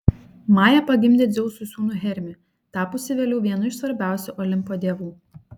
maja pagimdė dzeusui sūnų hermį tapusį vėliau vienu iš svarbiausių olimpo dievų